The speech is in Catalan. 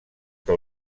que